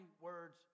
words